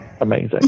amazing